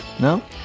No